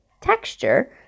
texture